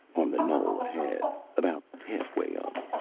on the knoll ahead about halfway up.